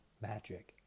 Magic